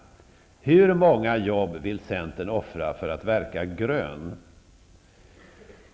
Hur många jobb vill centern alltså offra för att verka ''grön''?